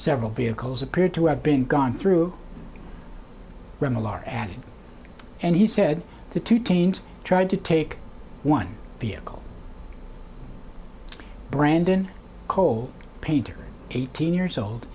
several vehicles appeared to have been gone through similar adding and he said the two teens tried to take one vehicle brandon cole painter eighteen years old